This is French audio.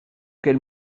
quels